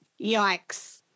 Yikes